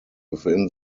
within